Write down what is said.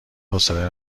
حوصله